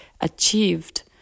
achieved